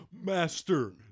master